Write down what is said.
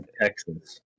Texas